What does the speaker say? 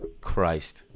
Christ